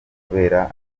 kubera